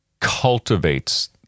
cultivates